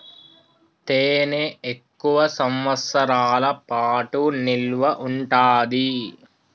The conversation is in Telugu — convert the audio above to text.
తేనె ఎక్కువ సంవత్సరాల పాటు నిల్వ ఉంటాది